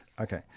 Okay